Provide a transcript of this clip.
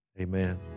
amen